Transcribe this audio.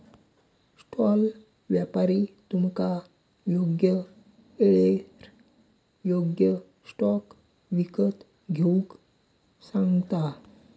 stall व्यापारी तुमका योग्य येळेर योग्य स्टॉक विकत घेऊक सांगता